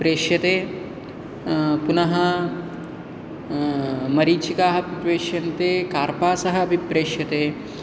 प्रेष्यते पुनः मरीचिकाः प्रेष्यन्ते कार्पासः अपि प्रेष्यते